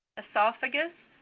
esophagus,